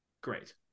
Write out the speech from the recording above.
great